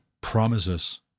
promises